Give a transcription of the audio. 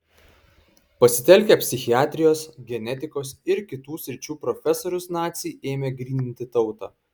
pasitelkę psichiatrijos genetikos ir kitų sričių profesorius naciai ėmė gryninti tautą